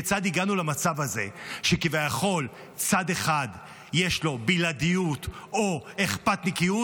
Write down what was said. כיצד הגענו למצב הזה שכביכול לצד אחד יש בלעדיות או אכפתניקיות,